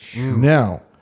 Now